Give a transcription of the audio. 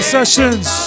Sessions